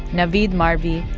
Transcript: navid marvi,